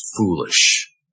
foolish